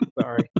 Sorry